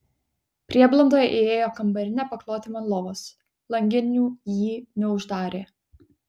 prieblandoje įėjo kambarinė pakloti man lovos langinių jį neuždarė